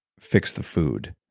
fix the food,